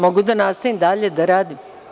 Mogu li da nastavim dalje da radim.